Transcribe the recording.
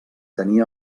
tenia